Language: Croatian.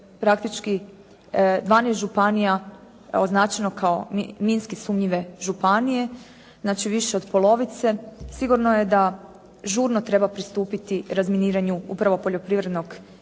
praktički 12 županija označeno minski sumnjive županije, znači više od polovice sigurno je da žurno treba pristupiti razminiranju upravo poljoprivrednog zemljišta,